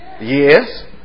Yes